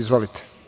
Izvolite.